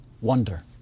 wonder